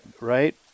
Right